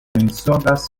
mensogas